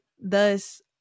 thus